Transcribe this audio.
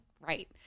right